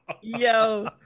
yo